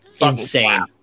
Insane